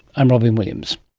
i'm robyn williams